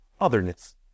otherness